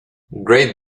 great